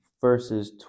verses